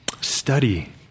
Study